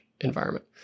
environment